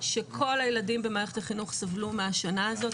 שכל הילדים במערכת החינוך סבלו מהשנה הזאת,